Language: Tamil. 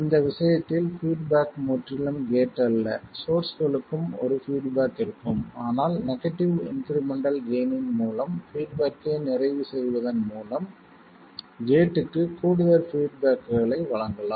இந்த விஷயத்தில் பீட்பேக் முற்றிலும் கேட் அல்ல சோர்ஸ்களுக்கும் ஒரு பீட்பேக் இருக்கும் ஆனால் நெகடிவ் இன்க்ரிமெண்டல் கெய்ன் இன் மூலம் பீட்பேக்கை நிறைவு செய்வதன் மூலம் கேட்க்கு கூடுதல் பீட்பேக்களை வழங்கலாம்